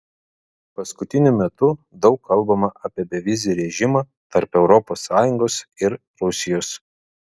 paskutiniu metu daug kalbama apie bevizį režimą tarp europos sąjungos ir rusijos